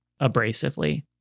abrasively